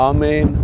Amen